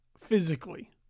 physically